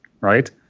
right